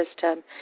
system